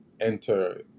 enter